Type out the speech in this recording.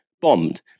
bombed